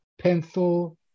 pencil